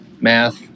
math